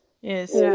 Yes